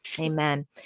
Amen